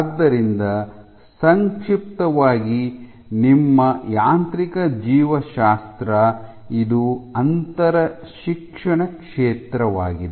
ಆದ್ದರಿಂದ ಸಂಕ್ಷಿಪ್ತವಾಗಿ ನಿಮ್ಮ ಯಾಂತ್ರಿಕ ಜೀವಶಾಸ್ತ್ರ ಇದು ಅಂತರಶಿಕ್ಷಣ ಕ್ಷೇತ್ರವಾಗಿದೆ